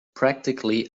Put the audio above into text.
practically